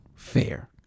fair